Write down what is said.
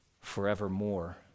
forevermore